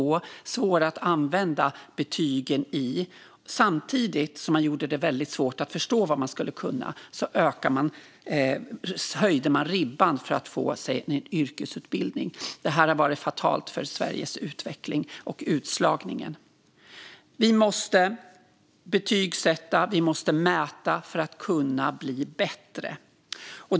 Vidare är det svårt att använda betygen. Samtidigt som det blev svårt att förstå vad man ska kunna höjdes ribban för att få en yrkesutbildning. Det har varit fatalt för Sveriges utveckling och för utslagningen. Vi måste betygsätta, och vi måste mäta för att kunna bli bättre.